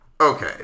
Okay